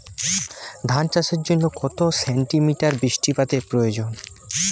ধান চাষের জন্য কত সেন্টিমিটার বৃষ্টিপাতের প্রয়োজন?